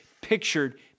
pictured